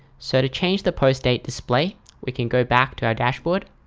so to change the post date display we can go back to our dashboard